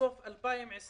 סוף 2025